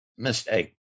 mistake